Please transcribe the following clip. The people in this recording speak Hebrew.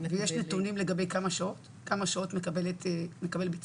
לקבל --- יש נתונים לגבי כמה שעות מקבלת כיתה?